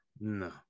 No